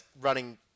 running